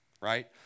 right